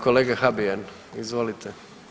Kolega Habijan, izvolite.